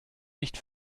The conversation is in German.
nicht